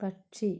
പക്ഷി